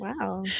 Wow